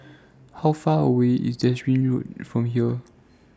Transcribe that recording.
How Far away IS Derbyshire Road from here